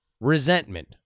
resentment